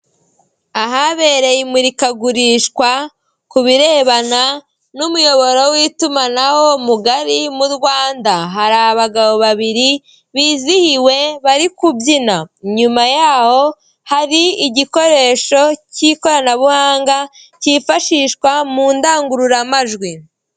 Ahabereye imurikagurishwa kubirebana n'umuyoboro w'itumanaho mugari mu Rwanda. Hari abagabo babiri bizihiwe bari kubyina. Inyuma yaho hari igikoresho cy'ikoranabuhanga kifashishwa mu indangurura majwi.